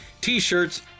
t-shirts